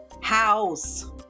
house